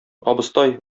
абыстай